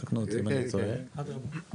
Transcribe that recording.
תקנו אותי אם אני טועה: 'אדרבא,